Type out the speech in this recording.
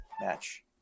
match